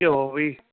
ਘਿਓ ਵੀ